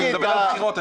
אני מדבר על בחירות,